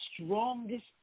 strongest